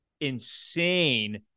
insane